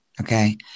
Okay